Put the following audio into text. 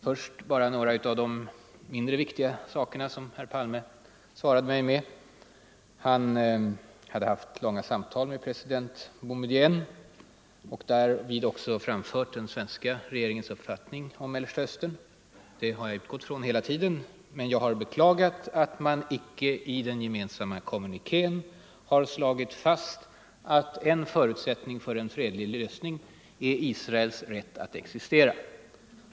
Först skall jag bara ta upp några av de mindre viktiga saker som herr Palme svarade mig med. Han hade haft långa samtal med president Boumédienne och där framfört den svenska regeringens uppfattning om Mellersta Östern. Det har jag utgått från hela tiden. Vad jag har beklagat är att man inte i den gemensamma kommunikén har slagit fast att en förutsättning för en fredlig lösning är Israels rätt att existera.